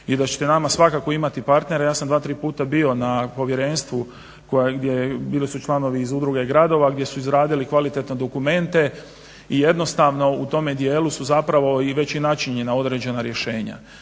i da ćete u nama svakako imati partnere. Ja sam 2, 3 puta bio na povjerenstvu bili su članovi iz Udruge gradova gdje su izradili kvalitetne dokumente i jednostavno u tome dijelu su već i načinjena određena rješenja.